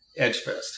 Edgefest